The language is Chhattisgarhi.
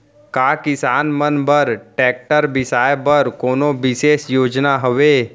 का किसान मन बर ट्रैक्टर बिसाय बर कोनो बिशेष योजना हवे?